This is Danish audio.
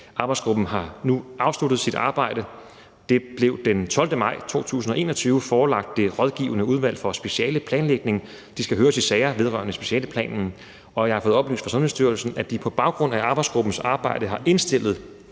arbejdsgruppen nu har afsluttet sit arbejde. Det blev den 12. maj 2021 forelagt Det Rådgivende Udvalg for Specialeplanlægning, og de skal høres i sager vedrørende specialeplanen. Jeg har fået oplyst fra Sundhedsstyrelsen, at de på baggrund af arbejdsgruppens arbejde har indstillet,